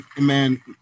man